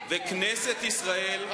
ממשלת ישראל וכנסת ישראל,